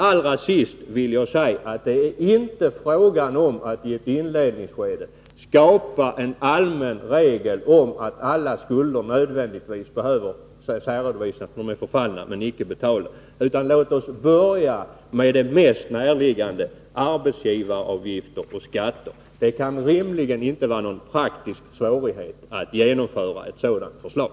Allra sist vill jag säga att det inte är fråga om att i ett inledningskede skapa en allmän regel om att alla skulder nödvändigtvis behöver särredovisas om de är förfallna men inte betalade, utan låt oss börja med det mest närliggande: arbetsgivaravgifter och skatter. Det kan rimligen inte vara någon praktisk svårighet att genomföra ett sådant förslag.